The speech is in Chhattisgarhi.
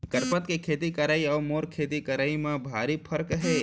गनपत के खेती करई अउ मोर खेती करई म भारी फरक हे